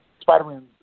Spider-Man